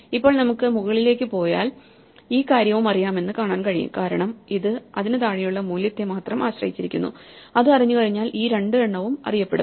ഇപ്പോൾ നമുക്ക് മുകളിലേക്ക് പോയാൽ ഈ കാര്യവും അറിയാമെന്ന് കാണാൻ കഴിയും കാരണം ഇത് അതിന് താഴെയുള്ള മൂല്യത്തെ മാത്രം ആശ്രയിച്ചിരിക്കുന്നു അത് അറിഞ്ഞുകഴിഞ്ഞാൽ ഈ 2 എണ്ണവും അറിയപ്പെടും